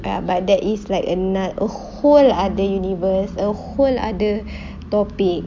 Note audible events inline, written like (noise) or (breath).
ya but that is like ano~ a whole other universe a whole other (breath) topic